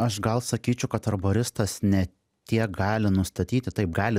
aš gal sakyčiau kad arboristas ne tiek gali nustatyti taip gali